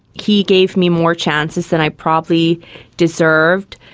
he gave me more chances than i probably deserved.